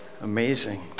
Amazing